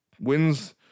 wins –